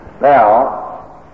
Now